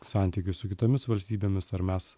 santykius su kitomis valstybėmis ar mes